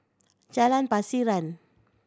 Jalan Pasiran